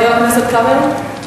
חבר הכנסת כבל?